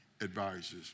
advisors